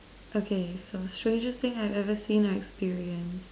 okay so strangest thing I have ever seen or experienced